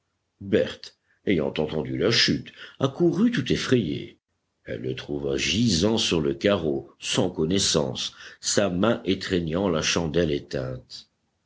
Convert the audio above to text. berthe ayant entendu la chute accourut tout effrayée elle le trouva gisant sur le carreau sans connaissance sa main étreignant la chandelle éteinte